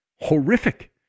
horrific